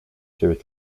ciebie